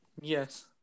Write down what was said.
Yes